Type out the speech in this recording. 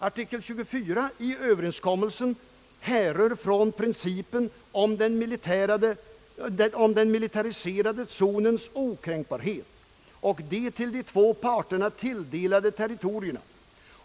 Artikel 24 i överenskommelsen grundar sig på principen om den demilitariserade zonens okränkbarhet och de till de två parterna anvisade territorierna.